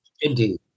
Indeed